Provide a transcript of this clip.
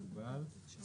בסדר.